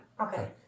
Okay